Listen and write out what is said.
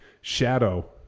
shadow